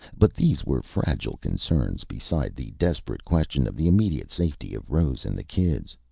but these were fragile concerns, beside the desperate question of the immediate safety of rose and the kids.